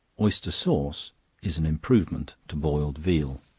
oyster sauce is an improvement to boiled veal.